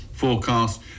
forecast